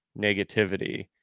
negativity